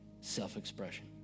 self-expression